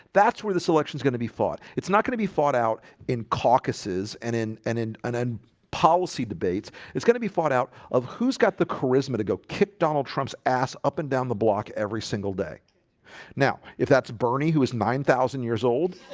that's where this election is gonna be fought it's not gonna be fought out in caucuses and in and in and and policy debates, it's gonna be fought out of who's got the charisma to go kick donald trump's ass up and down the block every single day now if that's bernie who is nine thousand years old